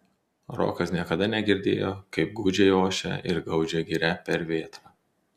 rokas niekada negirdėjo kaip gūdžiai ošia ir gaudžia giria per vėtrą